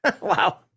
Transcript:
Wow